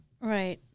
Right